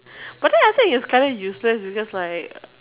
but then I thought it's kinda useless because like